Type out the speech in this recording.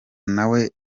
nawe